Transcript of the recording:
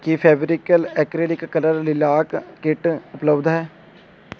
ਕੀ Fevicryl acrylic colour lilac kit ਉਪਲੱਬਧ ਹੈ